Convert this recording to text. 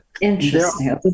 Interesting